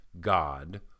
God